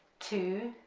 two,